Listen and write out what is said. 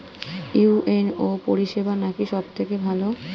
UNO পরিসেবা নাকি সব থেকে ভালো?